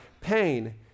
pain